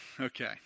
Okay